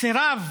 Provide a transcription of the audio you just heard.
סירב